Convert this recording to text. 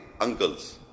uncles